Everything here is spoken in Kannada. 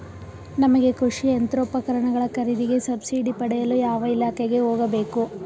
ನಮಗೆ ಕೃಷಿ ಯಂತ್ರೋಪಕರಣಗಳ ಖರೀದಿಗೆ ಸಬ್ಸಿಡಿ ಪಡೆಯಲು ಯಾವ ಇಲಾಖೆಗೆ ಹೋಗಬೇಕು?